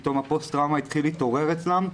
פתאום הפוסט טראומה התחילה להתעורר אצלם.